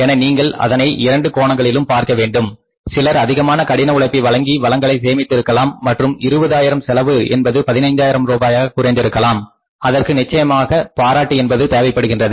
என நீங்கள் அதனை இரண்டு கோணங்களிலும் பார்க்க வேண்டும் சிலர் அதிகமான கடின உழைப்பை வழங்கி வளங்களை சேமித்து இருக்கலாம் மற்றும் 20 ஆயிரம் செலவு என்பது 15 ஆயிரம் ரூபாயாக குறைந்திருந்திருக்கலாம் அதற்கு நிச்சயமாக பாராட்டு என்பது தேவைப்படுகின்றது